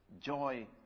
joy